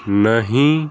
ਨਹੀਂ